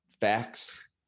facts